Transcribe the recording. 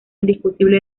indiscutible